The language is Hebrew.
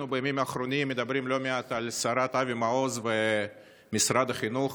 בימים האחרונים אנחנו מדברים לא מעט על סערת אבי מעוז ומשרד החינוך,